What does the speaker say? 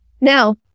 Now